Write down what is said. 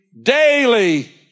daily